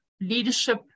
leadership